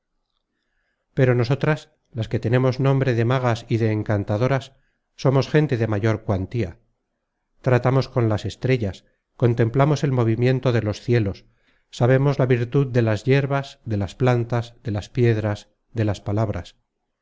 pero nosotras las que tenemos nombre de magas y de encantadoras somos gente de mayor cuantía tratamos con las estrellas contemplamos el movimiento de los cielos sabemos la virtud de las yerbas de las plantas de las piedras de las palabras